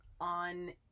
on